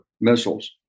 missiles